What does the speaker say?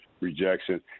rejection